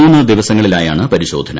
മൂന്നു ദിവസങ്ങളിലായാണ് പരിശോധന